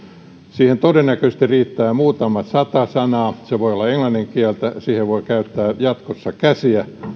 siihen todennäköisesti riittää muutama sata sanaa se voi olla englannin kieltä siihen voi käyttää jatkossa käsiä